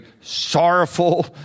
sorrowful